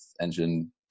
engine